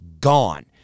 gone